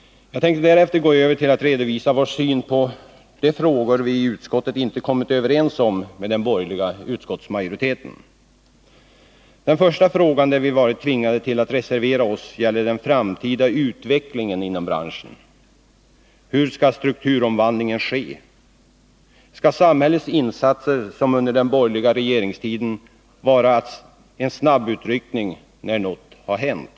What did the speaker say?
Jag tänker därefter gå över till att redovisa vår syn på de frågor vi i utskottet inte kommit överens om med den borgerliga utskottsmajoriteten. Den första frågan där vi varit tvingade till att reservera oss gäller den - Nr 149 framtida utvecklingen inom branschen. Hur skall strukturomvandlingen ske? Skall samhällets insatser, liksom under den borgerliga regeringstiden, vara en snabbutryckning när något har hänt?